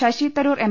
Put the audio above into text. Shashi Tharoor M